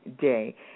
day